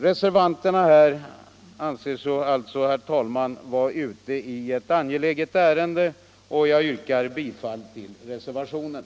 Reservanterna anser sig alltså, herr talman, vara ute i ett angeläget ärende, och jag yrkar bifall till reservationen.